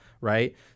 Right